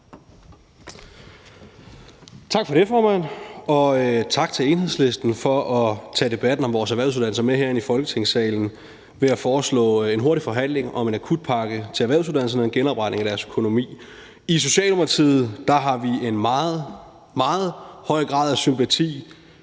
Tak for det, formand, og tak til Enhedslisten for at tage debatten om vores erhvervsuddannelser med herind i Folketingssalen ved at foreslå en hurtig forhandling om en akutpakke til erhvervsuddannelserne om genopretning af deres økonomi. I Socialdemokratiet har vi en meget, meget høj grad af sympati